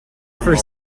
for